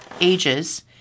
ages